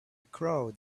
crowd